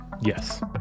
Yes